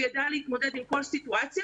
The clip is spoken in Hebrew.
הוא ידע להתמודד עם כל סיטואציה.